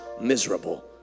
miserable